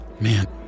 Man